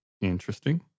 Interesting